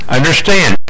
understand